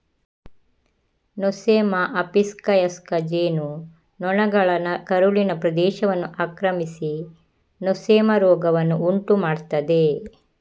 Nosema ಆಪಿಸ್ವಯಸ್ಕ ಜೇನು ನೊಣಗಳ ಕರುಳಿನ ಪ್ರದೇಶವನ್ನು ಆಕ್ರಮಿಸಿ ನೊಸೆಮಾ ರೋಗವನ್ನು ಉಂಟು ಮಾಡ್ತದೆ